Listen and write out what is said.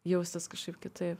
jaustis kažkaip kitaip